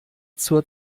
zur